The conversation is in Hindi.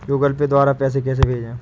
गूगल पे द्वारा पैसे कैसे भेजें?